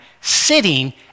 sitting